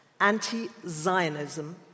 Anti-Zionism